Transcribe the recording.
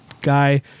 guy